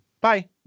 Bye